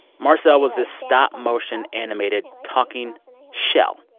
marcel was a stop-motion animated, talking shell.